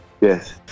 Yes